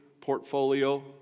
portfolio